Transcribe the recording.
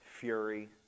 fury